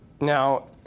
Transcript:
Now